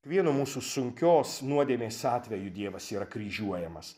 vienu mūsų sunkios nuodėmės atveju dievas yra kryžiuojamas